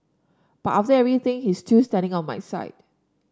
but after everything he's still standing on my side